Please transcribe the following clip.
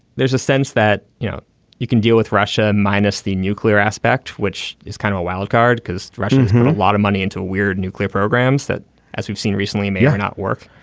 there's a sense that you know you can deal with russia minus the nuclear aspect which is kind of a wildcard because russians know a lot of money into a weird nuclear programs that as we've seen recently may not work.